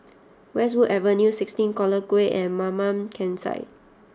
Westwood Avenue sixteen Collyer Quay and Mamam Campsite